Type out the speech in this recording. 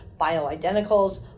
Bioidenticals